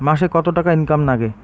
মাসে কত টাকা ইনকাম নাগে?